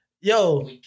Yo